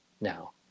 now